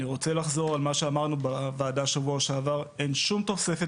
אני רוצה לחזור על מה שאמרנו בוועדה בשבוע שעבר: אין שום תוספת